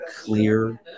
clear